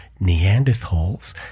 Neanderthals